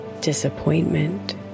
Disappointment